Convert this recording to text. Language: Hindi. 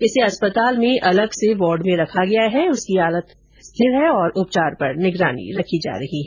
इसे अस्पताल में पृथक वार्ड में रखा गया है उसकी हालत स्थिर है और उपचार पर निगरानी रखी जा रही है